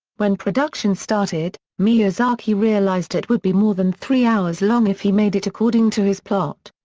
when production started, miyazaki realized it would be more than three hours long if he made it according to his plot.